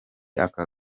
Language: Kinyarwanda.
aka